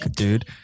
dude